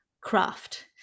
craft